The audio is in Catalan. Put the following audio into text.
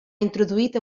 introduït